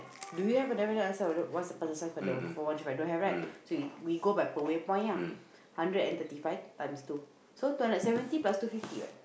do you have a definite answer of what's the parcel size for the for one three five don't have right so we we go by per waypoint lah hundred and thirty five times two so two hundred seventy plus two fifty what